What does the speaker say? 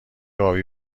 ابی